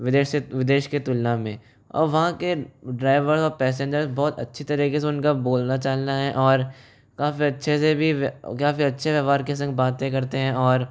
विदेश से विदेश की तुलना में और वहाँ के ड्राइवर्स और पैसेंजर्स बहुत अच्छी तरीके से उनका बोलना चालना है और काफ़ी अच्छे से भी काफ़ी अच्छे व्यवहार के साथ बातें करते हैं और